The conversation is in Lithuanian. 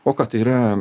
o tai yra